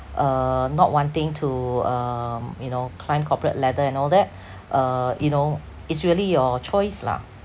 uh not wanting to um you know climb corporate ladder and all that uh you know it's really your choice lah